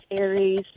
Aries